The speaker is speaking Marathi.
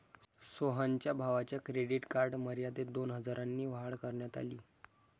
सोहनच्या भावाच्या क्रेडिट कार्ड मर्यादेत दोन हजारांनी वाढ करण्यात आली